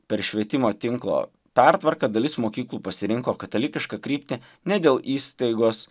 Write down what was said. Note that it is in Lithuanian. per švietimo tinklo pertvarką dalis mokyklų pasirinko katalikišką kryptį ne dėl įstaigos